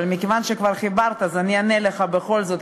אבל מכיוון שכבר חיברת אני אענה לך בכל זאת,